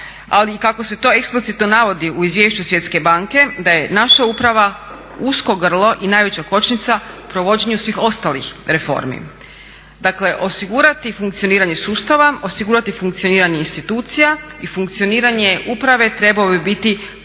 Ali kako se to eksplicitno navodi u izvješću Svjetske banke da je naša uprava usko grlo i najveća kočnica provođenju svih ostalih reformi. Dakle, osigurati funkcioniranje sustava, osigurati funkcioniranje institucija i funkcioniranje uprave trebao bi biti